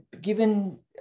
given